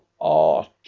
art